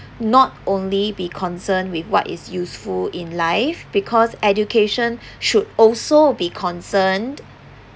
not only be concerned with what is useful in life because education should also be concerned